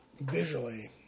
visually